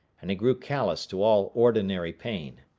and he grew callous to all ordinary pain.